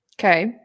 Okay